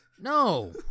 no